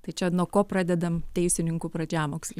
tai čia nuo ko pradedam teisininkų pradžiamokslį